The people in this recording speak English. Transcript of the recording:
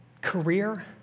career